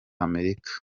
amerika